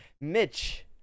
Mitch